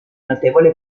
notevole